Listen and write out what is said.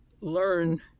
learn